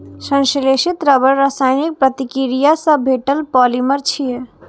संश्लेषित रबड़ रासायनिक प्रतिक्रिया सं भेटल पॉलिमर छियै